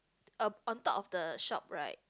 uh on top of the shop right